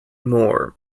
more